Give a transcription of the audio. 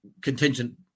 contingent